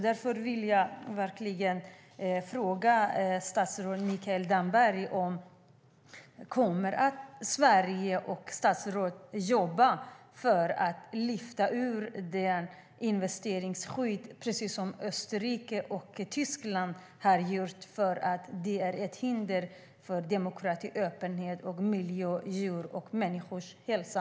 Därför vill jag fråga statsrådet Mikael Damberg följande: Kommer Sverige och statsrådet att jobba för att lyfta ut investeringsskyddet ur dessa avtal, precis som Österrike och Tyskland har gjort, eftersom det är ett hinder för demokrati, öppenhet, miljö och människors och djurs hälsa?